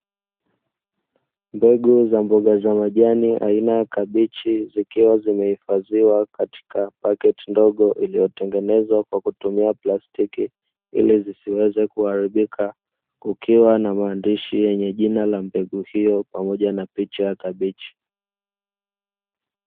Mbegu za mboga za majani aina ya kabichi, zikiwa zimehifadhiwa katika pakiti ndogo iliyotengenezwa kwa kutumia plastiki, ili zisiweze kuharibika, kukiwa na maandishi yenye jina la mbegu hiyo pamoja na picha ya kabichi.